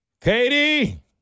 Katie